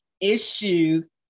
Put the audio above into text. issues